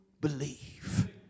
believe